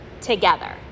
together